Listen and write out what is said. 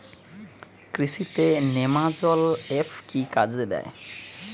কৃষি তে নেমাজল এফ কি কাজে দেয়?